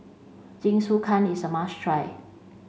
Jingisukan is a must try